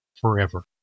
forever